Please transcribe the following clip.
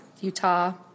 Utah